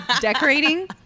decorating